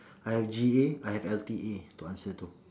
I have G_A I have L_T_A to answer to